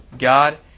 God